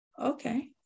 okay